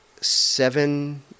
seven